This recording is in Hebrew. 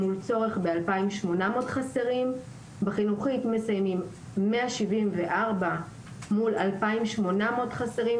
מול צורך ב-2,800 חסרים; בחינוכית מסיימים 174 מול 2,800 חסרים.